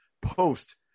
post